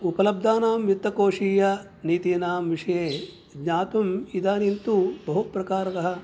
उपलब्दानां वित्तकोशीयनीतिनां विषये ज्ञातुम् इदानीं तु बहुप्रकारकः